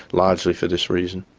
largely for this reason.